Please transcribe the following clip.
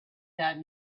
that